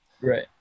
Right